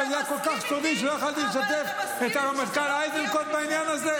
אבל זה היה כל כך סודי שלא יכולתי לשתף את הרמטכ"ל איזנקוט בעניין הזה?